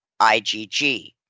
IgG